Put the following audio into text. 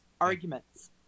Arguments